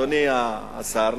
אדוני השר,